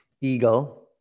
eagle